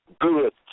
good